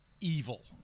evil